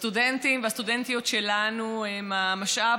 הסטודנטים והסטודנטיות שלנו הם משאב